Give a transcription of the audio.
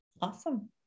Awesome